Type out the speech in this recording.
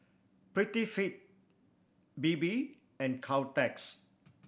Prettyfit Bebe and Caltex